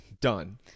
done